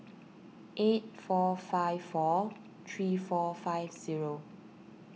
eight four five four three four five zero